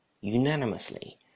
unanimously